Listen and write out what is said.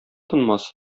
тынмас